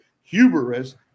hubris